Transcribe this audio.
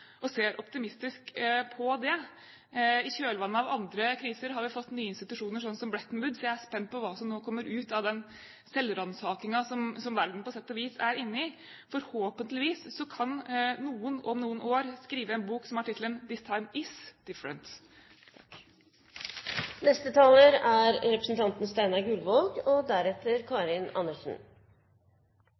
og ser optimistisk på det. I kjølvannet av andre kriser har vi fått nye institusjoner, sånn som Bretton Woods. Jeg er spent på hva som nå kommer ut av den selvransakingen som verden på sett og vis er inne i. Forhåpentligvis kan noen om noen år skrive en bok som har tittelen «This Time Is Different».